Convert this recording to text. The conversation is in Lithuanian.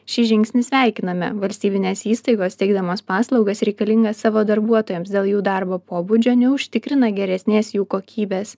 šį žingsnį sveikiname valstybinės įstaigos teikdamos paslaugas reikalingas savo darbuotojams dėl jų darbo pobūdžio neužtikrina geresnės jų kokybės